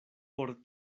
por